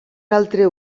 altre